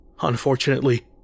unfortunately